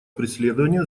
преследования